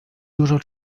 dużo